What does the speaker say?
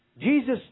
Jesus